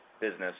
business